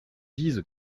dise